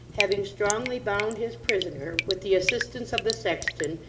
having strongly bound his prisoner, with the assistance of the sexton,